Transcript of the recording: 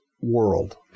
world